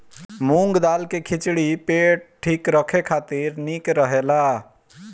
मूंग दाली के खिचड़ी पेट ठीक राखे खातिर निक रहेला